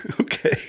Okay